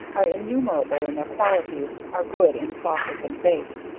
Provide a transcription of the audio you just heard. are innumerable in their qualities, are good in sauces, and baked.